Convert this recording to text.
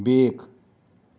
بیٛکھ